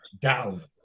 down